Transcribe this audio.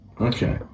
Okay